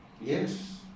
yes